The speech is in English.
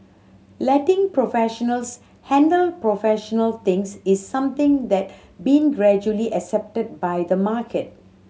letting professionals handle professional things is something that's being gradually accepted by the market